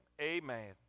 Amen